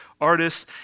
artists